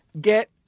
get